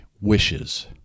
wishes